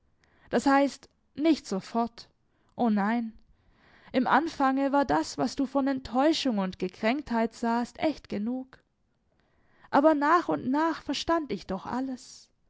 das heißt nicht sofort o nein im anfange war das was du von enttäuschung und gekränktheit sahst echt genug aber nach und nach verstand ich doch alles